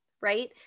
right